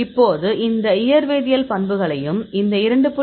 இப்போது இந்த இயற்வேதியியல் பண்புகளையும் இந்த 2